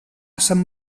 sant